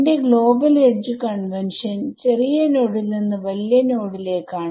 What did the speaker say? എന്റെ global edge convention ചെറിയ നോഡിൽ നിന്ന് വലിയ നോഡ് ലേക്കാണ്